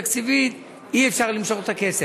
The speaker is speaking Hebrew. תקציבית אי-אפשר למשוך את הכסף.